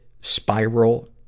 spiral